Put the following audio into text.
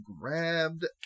grabbed